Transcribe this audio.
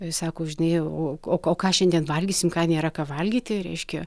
sako žinai o o o ką šiandien valgysim ką nėra ką valgyti reiškia